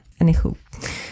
Anywho